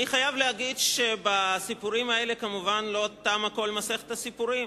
אני חייב להגיד שבסיפורים האלה כמובן לא תמה כל מסכת הסיפורים.